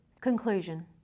Conclusion